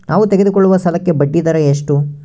ನಾವು ತೆಗೆದುಕೊಳ್ಳುವ ಸಾಲಕ್ಕೆ ಬಡ್ಡಿದರ ಎಷ್ಟು?